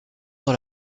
dans